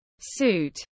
suit